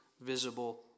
visible